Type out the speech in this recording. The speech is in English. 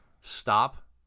stop